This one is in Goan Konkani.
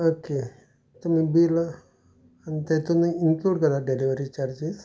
ओके तुमी बील तेतुनय इन्क्लूड करात डॅलिवरी चार्जीस